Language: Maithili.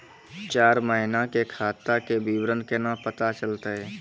चार महिना के खाता के विवरण केना पता चलतै?